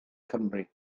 cymru